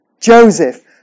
Joseph